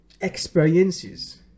experiences